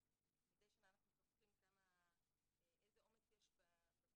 מדי שנה אנחנו שוכחים איזה עומס יש בתחום